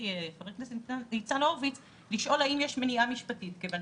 חבר הכנסת ניצן הורוביץ האם יש מניעה משפטית כיוון